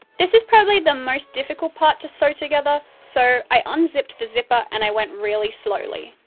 this is probably the most difficult part to sew together, so i unzipped the zipper and i went really slowly.